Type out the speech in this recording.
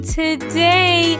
today